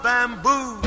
Bamboo